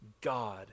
God